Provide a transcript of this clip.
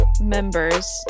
members